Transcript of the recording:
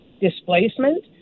displacement